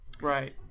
right